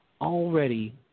Already